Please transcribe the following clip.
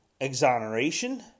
exoneration